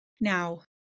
Now